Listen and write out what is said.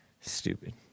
Stupid